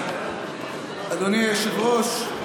אדוני היושב-ראש,